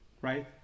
Right